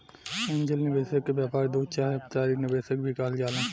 angel निवेशक के व्यापार दूत चाहे अपचारिक निवेशक भी कहल जाला